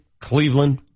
Cleveland